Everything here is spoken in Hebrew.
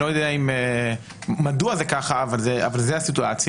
אני לא יודע מדוע זה ככה אבל זו הסיטואציה.